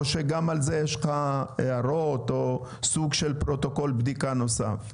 או שגם על זה יש לך הערות או סוג של פרוטוקול בדיקה נוסף?